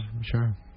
sure